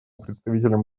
представителем